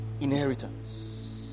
inheritance